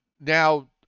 now